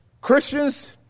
Christians